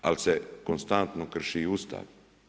Ali, se konstantno krši i Ustav.